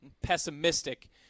pessimistic